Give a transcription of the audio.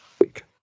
week